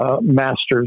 masters